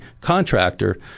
contractor